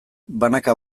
banaka